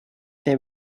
they